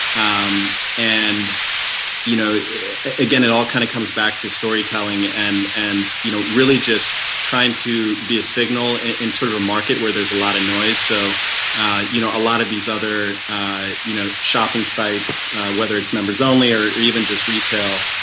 um and you know again it all kind of comes back to storytelling and and you know really just trying to be a signal in sort of a market where there is a lot of noise, so you know a lot of these other you know shopping sites whether it's members only or even just retail,